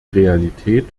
realität